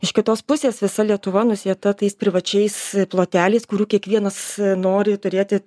iš kitos pusės visa lietuva nusėta tais privačiais ploteliais kurių kiekvienas nori turėti